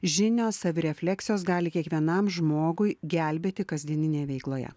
žinios savirefleksijos gali kiekvienam žmogui gelbėti kasdieninėje veikloje